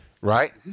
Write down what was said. Right